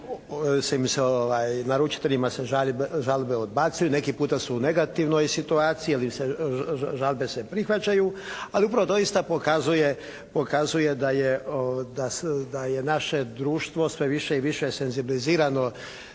naručiteljima se žalbe odbacuju, neki puta su u negativnoj situaciji ali žalbe im se prihvaćaju. Ali upravo doista pokazuje da je naše društvo sve više i više senzibilizirano